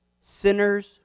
Sinners